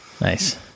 Nice